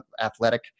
athletic